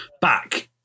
back